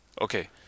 Okay